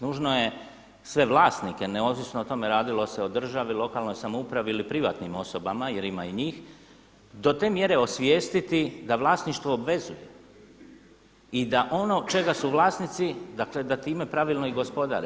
Nužno je sve vlasnike neovisno o tome radilo se o državi, lokalnoj samoupravi ili privatnim osobama jer ima i njih do te mjere osvijestiti da vlasništvo obvezuje i da ono čega su vlasnici, dakle da time pravilno i gospodare.